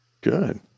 Good